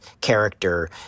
character